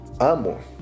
Amo